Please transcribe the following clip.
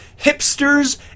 hipsters